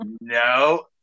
no